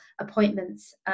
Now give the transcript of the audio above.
appointments